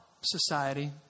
society